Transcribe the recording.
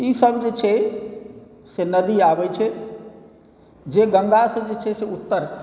ई सब जे छै से नदी आबै छै जे गङ्गासँ जे छै से उत्तर